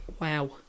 Wow